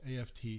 AFT